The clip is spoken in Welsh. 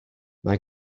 mae